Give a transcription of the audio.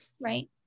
Right